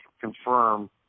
confirm